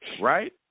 right